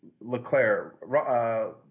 LeClaire